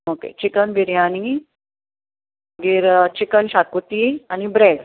okay chicken biryani मागीर chicken xacuti आनी bread